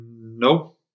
No